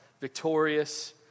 victorious